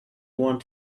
want